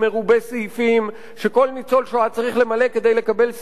סעיפים שכל ניצול השואה צריך למלא כדי לקבל סיוע,